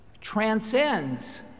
transcends